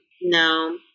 No